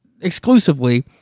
exclusively